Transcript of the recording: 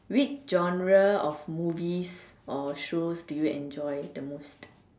which genre of movies or show do you enjoy the most